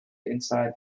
inside